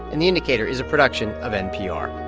and the indicator is a production of npr